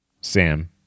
Sam